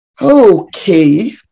Okay